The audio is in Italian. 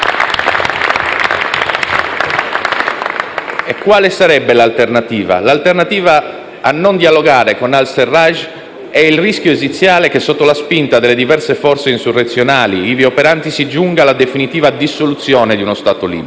Quale sarebbe l'alternativa? L'alternativa a non dialogare con al-Sarraj è il rischio esiziale che, sotto la spinta delle diverse forze insurrezionali ivi operanti, si giunga alla definitiva dissoluzione di uno Stato libico.